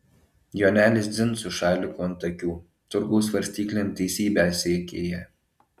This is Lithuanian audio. jonelis dzin su šaliku ant akių turgaus svarstyklėm teisybę seikėja